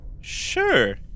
Sure